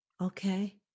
Okay